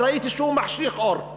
ראיתי שהוא מחשיך אור.